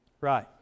Right